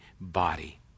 body